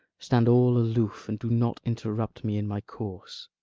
stand all aloof and do not interrupt me in my course.